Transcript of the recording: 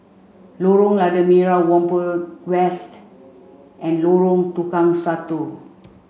Lorong Lada Merah Whampoa West and Lorong Tukang Satu